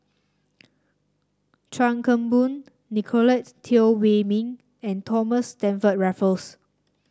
Chuan Keng Boon Nicolette Teo Wei Min and Thomas Stamford Raffles